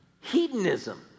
hedonism